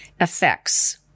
effects